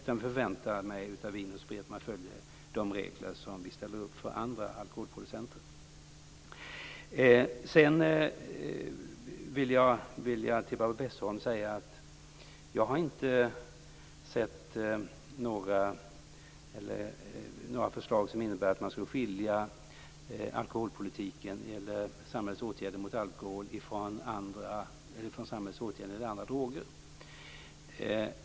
Jag förväntar mig av Vin & Sprit att det följer de regler som vi ställer upp också för andra alkoholproducenter. Jag vill till Barbro Westerholm säga att jag inte har sett några förslag som innebär att man skulle skilja samhällets åtgärder mot alkohol från samhällets åtgärder mot andra droger.